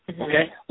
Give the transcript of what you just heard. okay